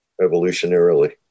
evolutionarily